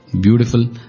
Beautiful